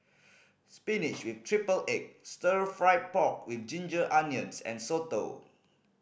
spinach with triple egg Stir Fried Pork With Ginger Onions and soto